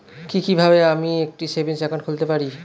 কি কিভাবে আমি একটি সেভিংস একাউন্ট খুলতে পারি?